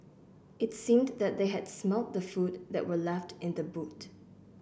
it seemed that they had smelt the food that were left in the boot